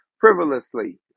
frivolously